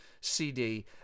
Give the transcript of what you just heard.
CD